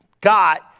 got